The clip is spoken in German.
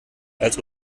als